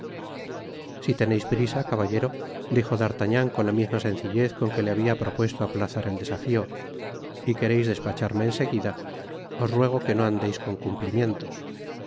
si teneis prisa caballero dijo d'artagnan con la misma sencillez con que le habia propuesto aplazar el desafio y quereis despacharme en seguida os ruego que no andeis con cumplimientos